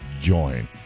join